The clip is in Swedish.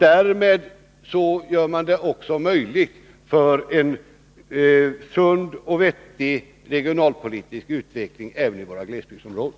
Därmed skapas också förutsättningar för en sund och vettig regionalpolitisk utveckling även i våra glesbygdsområden. )